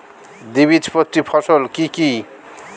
দ্বিবীজপত্রী ফসল কি কি?